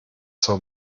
zur